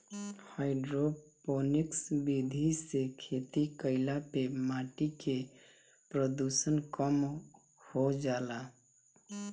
hydroponics विधि से खेती कईला पे माटी के प्रदूषण कम हो जाला